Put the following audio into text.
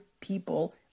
people